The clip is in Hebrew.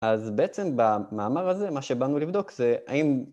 אז בעצם במאמר הזה מה שבאנו לבדוק זה האם